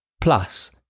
Plus